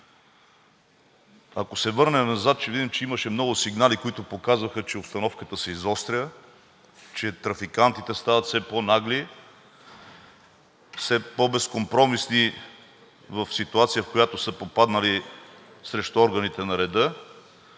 Ако се върнем назад, ще видим, че имаше много сигнали, които показваха, че обстановката се изостря, че трафикантите стават все по-нагли, все по-безкомпромисни в ситуация, в която са попаднали, срещу органите на реда.